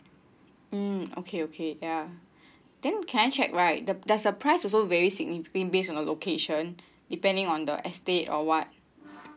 mm okay okay ya then can I check right the does the price also very significantly based on the location depending on the estate or what